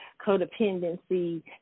codependency